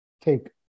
take